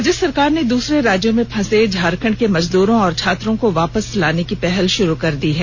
राज्य सरकार ने दूसरे राज्यों में फंसे झारखंड के मजदूरों और छात्रों को वापस लाने की पहल षुरू कर दी है